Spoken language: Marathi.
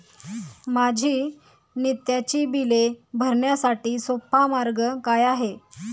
माझी नित्याची बिले भरण्यासाठी सोपा मार्ग काय आहे?